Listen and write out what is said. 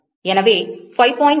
எனவே 5